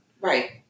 Right